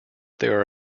there